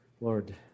Lord